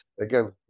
again